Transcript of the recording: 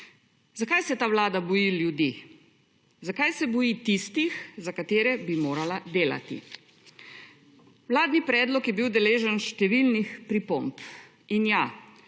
Zakaj se ta Vlada boji ljudi? Zakaj se boji tisti, za katere bi morala delati? Vladni predlog je bil deležen številnih pripomb in ja,